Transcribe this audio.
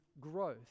growth